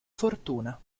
fortuna